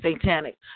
satanic